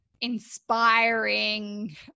inspiring